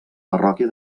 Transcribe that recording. parròquia